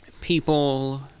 people